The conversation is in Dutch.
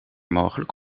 mogelijk